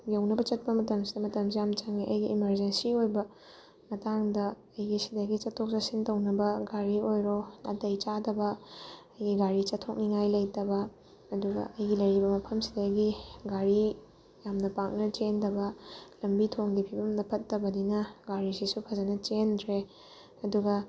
ꯌꯧꯅꯕ ꯆꯠꯄ ꯃꯇꯝꯁꯤꯗ ꯃꯇꯝꯁꯦ ꯌꯥꯝ ꯆꯪꯉꯦ ꯑꯩꯒꯤ ꯏꯃꯥꯔꯖꯦꯟꯁꯤ ꯑꯣꯏꯕ ꯃꯇꯥꯡꯗ ꯑꯩꯒꯤ ꯁꯤꯗꯒꯤ ꯆꯠꯊꯣꯛ ꯆꯠꯁꯤꯟ ꯇꯧꯅꯕ ꯒꯥꯔꯤ ꯑꯣꯏꯔꯣ ꯅꯥꯇꯩ ꯆꯥꯗꯕ ꯑꯩꯒꯤ ꯒꯥꯔꯤ ꯆꯠꯊꯣꯛꯅꯤꯡꯉꯥꯏ ꯂꯩꯇꯕ ꯑꯗꯨꯒ ꯑꯩꯒꯤ ꯂꯩꯔꯤꯕ ꯃꯐꯝꯁꯤꯗꯒꯤ ꯒꯥꯔꯤ ꯌꯥꯝꯅ ꯄꯥꯛꯅ ꯆꯦꯟꯗꯕ ꯂꯝꯕꯤ ꯊꯣꯡꯒꯤ ꯐꯤꯕꯝꯅ ꯐꯠꯇꯕꯅꯤꯅ ꯒꯥꯔꯤꯁꯤꯁꯨ ꯐꯖꯅ ꯆꯦꯟꯗ꯭ꯔꯦ ꯑꯗꯨꯒ